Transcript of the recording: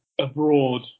abroad